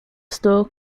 store